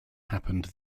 happened